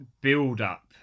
build-up